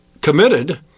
committed—